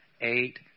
eight